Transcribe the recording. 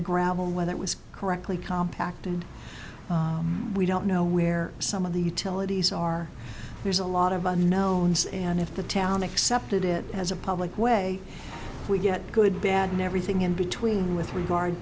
the gravel whether it was correctly compact and we don't know where some of the utilities are there's a lot of unknowns and if the town accepted it as a public way we get good bad never a thing in between with regard